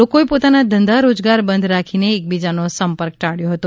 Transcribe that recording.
લોકોએ પોતાના ધંધા રોજગાર બંધ રાખીને એકબીજાનો સંપર્ક ટાબ્યો હતો